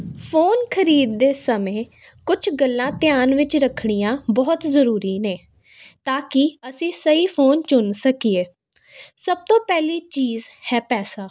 phone ਖਰੀਦਦੇ ਸਮੇਂ ਕੁਛ ਗੱਲਾਂ ਧਿਆਨ ਵਿੱਚ ਰੱਖਣੀਆਂ ਬਹੁਤ ਜ਼ਰੂਰੀ ਨੇ ਤਾਂ ਕਿ ਅਸੀਂ ਸਹੀ ਫੋਨ ਚੁਣ ਸਕੀਏ ਸਭ ਤੋਂ ਪਹਿਲੀ ਚੀਜ਼ ਹੈ ਪੈਸਾ